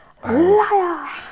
Liar